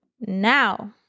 now